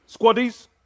Squaddies